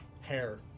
hair